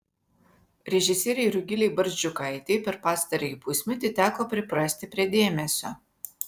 režisierei rugilei barzdžiukaitei per pastarąjį pusmetį teko priprasti prie dėmesio